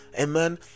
Amen